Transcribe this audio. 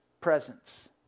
presence